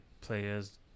players